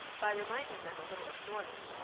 by reminding them a little of norland,